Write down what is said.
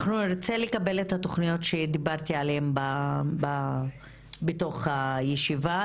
אנחנו נרצה לקבל את התוכניות שדיברתי עליהן בתוך הישיבה,